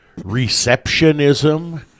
receptionism